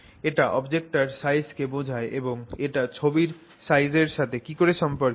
এটা অবজেক্টটার সাইজকে বোঝায় এবং এটা ছবির সাইজের সাথে কিকরে সম্পর্কিত